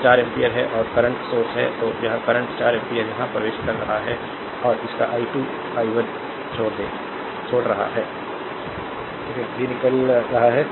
यह 4 एम्पीयर है और करंट सोर्स है तो यह करंट 4 एम्पीयर यहाँ प्रवेश कर रहा है और यह i2 i 1 छोड़ रहा है भी निकल रहा है